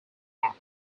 are